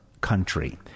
country